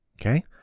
Okay